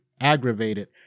aggravated